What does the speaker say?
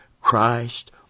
Christ